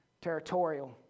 territorial